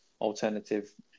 alternative